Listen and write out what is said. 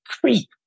creep